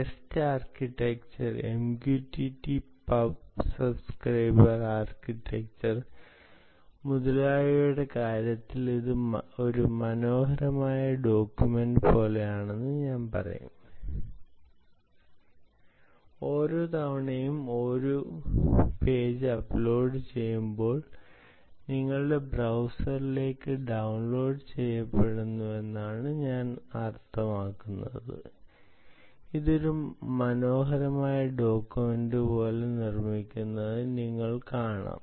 rest architecture MQTT pub sub architecture മുതലായവയുടെ കാര്യത്തിൽ ഇത് ഒരു മനോഹരമായ ഡോക്യുമെന്റ് പോലെയാണെന്ന് ഞാൻ പറയും ഓരോ തവണയും ഒരു പേജ് അപ്ലോഡ് ചെയ്യുമ്പോൾ നിങ്ങളുടെ ബ്രൌസറിലേക്ക് ഡൌൺലോഡ് ചെയ്യപ്പെടുമെന്നാണ് ഞാൻ അർത്ഥമാക്കുന്നത് ഇത് ഒരു മനോഹരമായ ഡോക്യുമെന്റ് പോലെ നിർമ്മിക്കുന്നത് നിങ്ങൾ കാണും